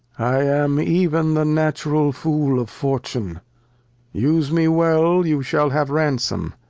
i am even the natural fool of fortune use me well, you shall have ransome.